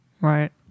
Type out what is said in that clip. right